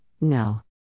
No